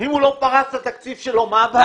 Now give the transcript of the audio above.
אם הוא לא פרץ את התקציב שלו, מה הבעיה?